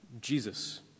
Jesus